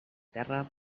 terra